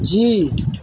جی